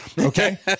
okay